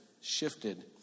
shifted